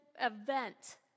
event